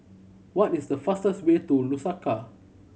what is the fastest way to Lusaka